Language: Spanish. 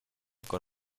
con